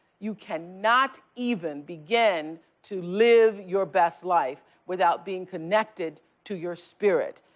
you cannot even begin to live your best life without being connected to your spirit.